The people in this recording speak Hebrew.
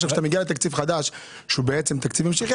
עכשיו כשאתה מגיע לתקציב חדש שהוא בעצם תקציב המשכי,